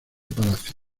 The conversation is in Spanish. palacio